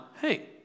hey